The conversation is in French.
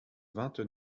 vingt